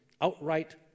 outright